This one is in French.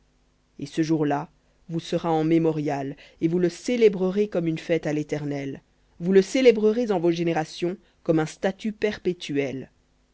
et ce jour-là vous sera en mémorial et vous le célébrerez comme une fête à l'éternel vous le célébrerez en vos générations comme un statut perpétuel